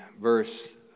verse